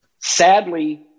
sadly